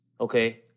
Okay